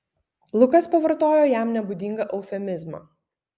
lukas pavartojo jam nebūdingą eufemizmą